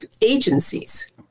agencies